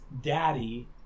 daddy